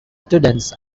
students